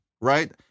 right